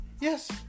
yes